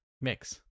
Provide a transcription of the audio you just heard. mix